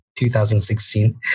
2016